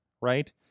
Right